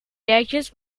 gadget